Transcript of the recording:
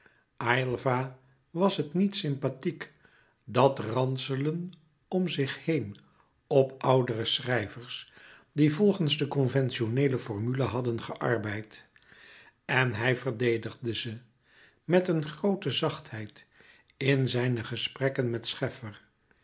aylva was het niet sympathiek dat ranselen om zich heen op oudere schrijvers die volgens de conventioneele formule hadden geärbeid en hij verdedigde ze met een groote zachtheid in zijne gesprekken met